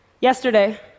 Yesterday